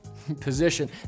Position